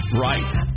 right